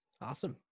Awesome